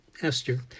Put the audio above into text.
Esther